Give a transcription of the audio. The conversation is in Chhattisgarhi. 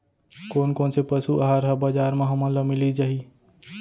कोन कोन से पसु आहार ह बजार म हमन ल मिलिस जाही?